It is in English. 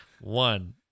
One